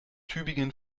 tübingen